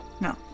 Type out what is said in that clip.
No